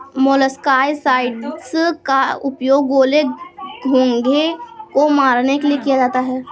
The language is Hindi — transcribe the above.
मोलस्कसाइड्स का उपयोग गोले, घोंघे को मारने के लिए किया जाता है